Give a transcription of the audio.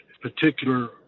particular